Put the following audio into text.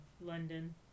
London